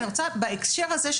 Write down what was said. ובהקשר הזה,